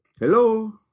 Hello